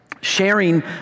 sharing